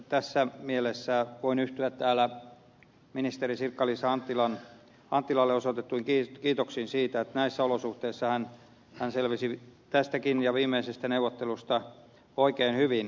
tässä mielessä voin yhtyä täällä ministeri sirkka liisa anttilalle osoitettuihin kiitoksiin siitä että näissä olosuhteissa hän selvisi tästäkin ja viimeisestä neuvottelusta oikein hyvin